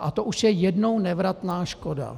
A to už je jednou nevratná škoda.